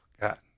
God